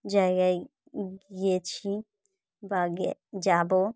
জায়গায় গিয়েছি বা গে যাব